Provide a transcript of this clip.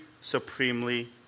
supremely